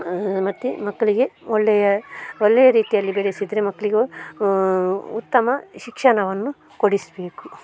ಮತ್ತು ಮಕ್ಳಿಗೆ ಒಳ್ಳೆಯ ಒಳ್ಳೆಯ ರೀತಿಯಲ್ಲಿ ಬೆಳೆಸಿದರೆ ಮಕ್ಳಿಗೂ ಉತ್ತಮ ಶಿಕ್ಷಣವನ್ನು ಕೊಡಿಸಬೇಕು